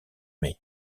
mai